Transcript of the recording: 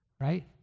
right